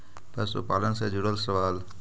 पशुपालन से जुड़ल सवाल?